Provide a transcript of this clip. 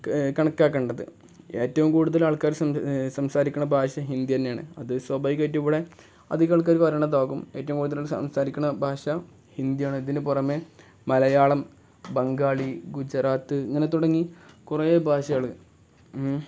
കണക്കാക്കേണ്ടത് ഏറ്റവും കൂടുതൽ ആൾക്കാർ സംസാരിക്കുന്ന ഭാഷ ഹിന്ദി തന്നെയാണ് അത് സ്വഭാവികമായിട്ട് ഇവിടെ അധികം ആൾക്കാർ പറയണതാകും ഏറ്റവും കൂടുതൽ സംസാരിക്കുന്ന ഭാഷ ഹിന്ദിയാണ് ഇതിന് പുറമേ മലയാളം ബംഗാളി ഗുജറാത്ത് ഇങ്ങനെ തുടങ്ങി കുറേ ഭാഷകൾ